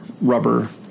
rubber